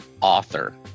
author